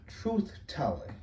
truth-telling